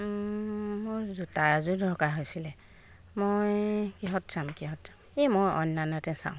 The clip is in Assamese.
মোৰ জোতা এযোৰ দৰকাৰ হৈছিলে মই কিহত চাম কিহত চাম এই মই অনলাইনতে চাম